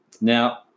Now